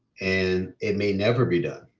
and it may never be done.